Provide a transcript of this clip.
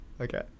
Okay